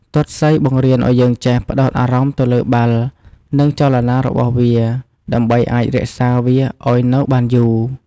ទាត់សីបង្រៀនឱ្យយើងចេះ ផ្តោតអារម្មណ៍ទៅលើបាល់ និងចលនារបស់វា ដើម្បីអាចរក្សាវាឱ្យនៅបានយូរ។